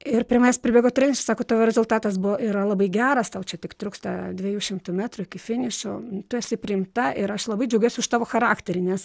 ir prie manęs pribėgo treneris ir sako tavo rezultatas buvo yra labai geras tau čia tik trūksta dviejų šimtų metrų iki finišo tu esi priimta ir aš labai džiaugiuosi už tavo charakterį nes